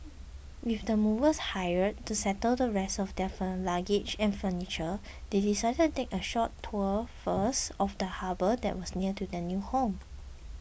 with the movers hired to settle the rest of their fur luggage and furniture they decided to take a short tour first of the harbour that was near to their new home